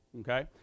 okay